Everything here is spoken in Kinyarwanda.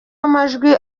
amajwi